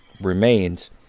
remains